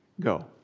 go